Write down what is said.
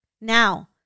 Now